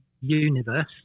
universe